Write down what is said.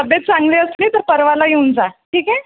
तब्येत चांगली असली तर परवाला येऊन जा ठीक आहे